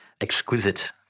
exquisite